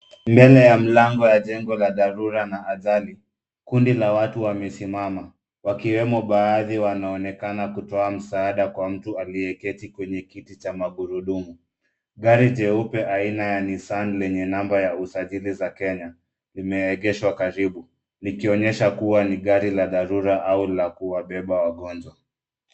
Mbele ya mlango ya jengo la dharura na ajali, kundi la watu wamesimama wakiwemo baadhi wanaonekana kituo msaada kwa mtu aliyeketi kwenye kiti cha magurudumu. Gari jeupe aina ya Nissan lenye namba ya usajili za Kenya limeegeshwa karibu, likionyesha kuwa ni gari la dharura au la kuwabeba wagonjwa.